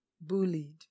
bullied